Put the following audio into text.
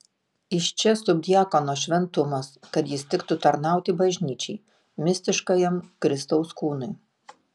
iš čia subdiakono šventumas kad jis tiktų tarnauti bažnyčiai mistiškajam kristaus kūnui